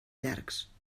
llargs